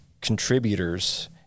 contributors